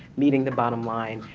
meeting the bottom line,